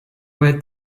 where